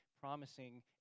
promising